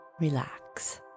Relax